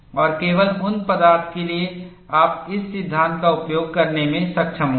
और केवल उन पदार्थ के लिए आप इस सिद्धांत का उपयोग करने में सक्षम होंगे